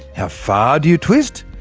how far do you twist?